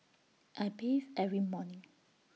I bathe every morning